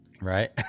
right